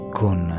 con